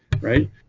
right